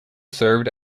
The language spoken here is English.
served